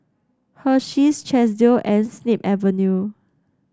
Hersheys Chesdale and Snip Avenue